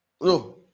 no